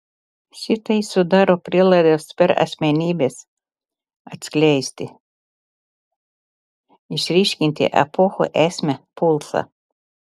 šitai sudaro prielaidas per asmenybes atskleisti išryškinti epochų esmę pulsą